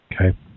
Okay